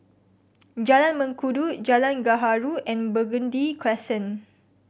Jalan Mengkudu Jalan Gaharu and Burgundy Crescent